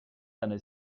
deine